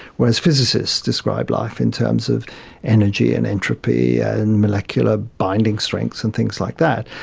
whereas physicists describe life in terms of energy and entropy and molecular binding strengths and things like that.